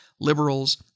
liberals